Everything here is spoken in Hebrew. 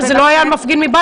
אבל זה לא היה על מפגין מבלפור.